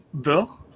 Bill